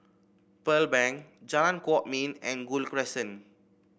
Pearl Bank Jalan Kwok Min and Gul Crescent